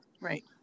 Right